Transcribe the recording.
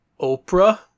Oprah